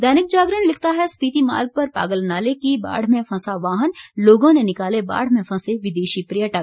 दैनिक जागरण लिखता है स्पिति मार्ग पर पागलनाले की बाढ़ में फंसा वाहन लोगों ने निकाले बाढ़ में फंसे विदेशी पर्यटक